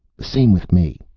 the same with me,